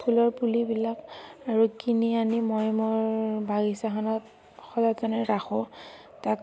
ফুলৰ পুলিবিলাক আৰু কিনি আনি মই মোৰ বাগিচাখনত সযতনে ৰাখোঁ তাক